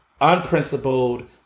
unprincipled